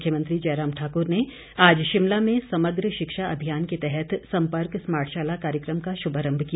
मुख्यमंत्री जयराम ठाकुर ने आज शिमला में समग्र शिक्षा अभियान के तहत सम्पर्क स्मार्टशाला कार्यक्रम का शुभारंभ किया